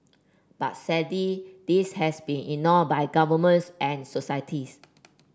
but sadly this has been ignored by governments and societies